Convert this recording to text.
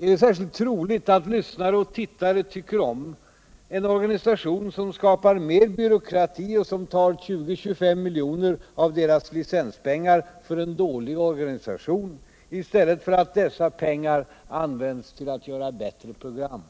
Är det särskilt troligt att lyssnare och tittare tvcker om en organisation, som skapar mer byråkrati och som tar 20-25 miljoner av deras Hicenspengar för en dålig organisation. istället för att dessa pengar används ull att göra bättre program?